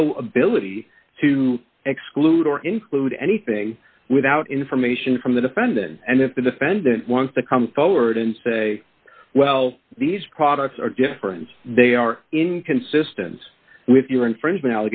no ability to exclude or include anything without information from the defendant and if the defendant wants to come forward and say well these products are different they are inconsistent with your infringement